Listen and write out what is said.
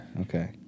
okay